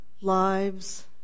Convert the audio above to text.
lives